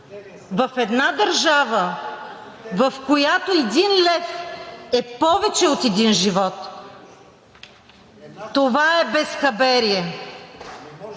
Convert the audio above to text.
В една държава, в която един лев е повече от един живот, това е безхаберие.